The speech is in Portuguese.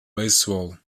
beisebol